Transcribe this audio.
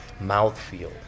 mouthfeel